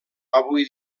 avui